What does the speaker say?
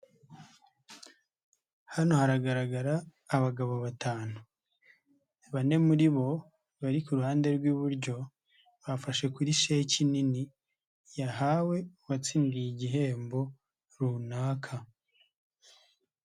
Hano haragaragara abagabo batanu, bane muri bo, bari ku ruhande rw'iburyo, bafashe kuri sheki nini, yahawe uwatsindiye igihembo runaka.